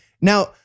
Now